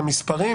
את המספרים,